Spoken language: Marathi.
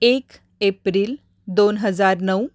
एक एप्रिल दोन हजार नऊ